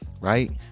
right